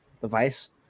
device